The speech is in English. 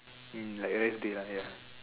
mm like rest day like ya